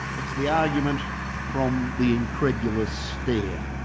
it's the argument from the incredulous stare.